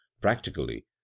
practically